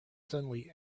suddenly